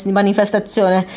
manifestazione